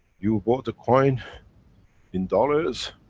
you bought a coin in dollars,